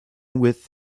with